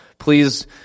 Please